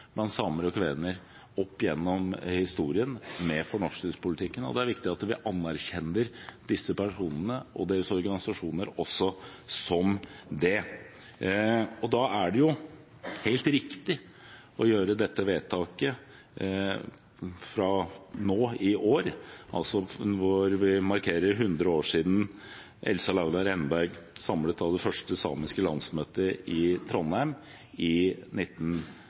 blant samer og kvener mot fornorskingspolitikken, og det er viktig at vi anerkjenner disse personene og deres organisasjoner også som det. Da er det helt riktig å gjøre dette vedtaket i år, når vi markerer at det er 100 år siden Elsa Laula Renberg samlet det første samiske landsmøtet i Trondheim, i